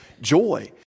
joy